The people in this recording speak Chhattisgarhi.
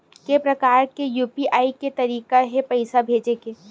के प्रकार के यू.पी.आई के तरीका हे पईसा भेजे के?